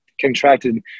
contracted